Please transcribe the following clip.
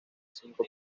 cinco